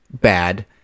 bad